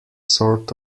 sort